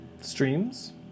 Streams